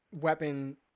weapon